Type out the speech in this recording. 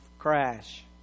crash